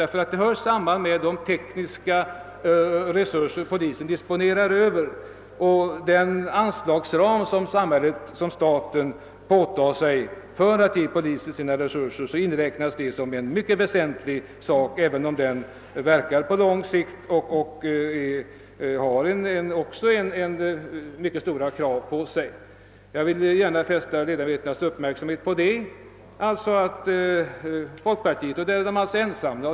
Det hör nämligen samman med de tekniska resurser som polisen disponerar över, och i den anslagsram som staten påtar sig för att ge polisen dess resurser inräknas det som en mycket väsentlig sak, även om anslagstilldelningen på den punkten verkar på lång sikt. Jag vill gärna fästa ledamöternas uppmärksamhet på att folkpartiet i detta avseende är ensamt.